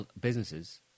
businesses